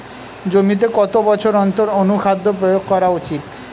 জমিতে কত বছর অন্তর অনুখাদ্য প্রয়োগ করা উচিৎ?